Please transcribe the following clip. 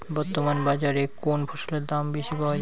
বর্তমান বাজারে কোন ফসলের দাম বেশি পাওয়া য়ায়?